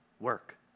Work